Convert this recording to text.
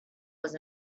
was